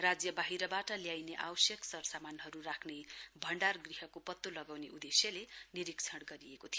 राज्यबाहिरबाट ल्यइने आवश्यक सरसामानहरू राख्ने भण्डार गृहको पत्तो लगाउने उद्देश्यले निरीक्षण गरिएको थियो